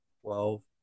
twelve